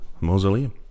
Mausoleum